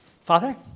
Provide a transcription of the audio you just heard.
Father